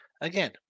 again